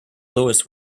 lewis